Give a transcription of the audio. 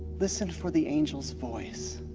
listen for the angel's voice.